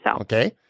okay